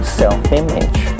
self-image